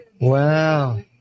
Wow